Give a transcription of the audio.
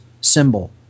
symbol